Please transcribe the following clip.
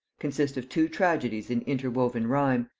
consist of two tragedies in interwoven rhyme,